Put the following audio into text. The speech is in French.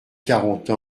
quarante